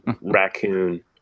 raccoon